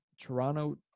Toronto